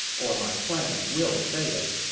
or my plan will fail.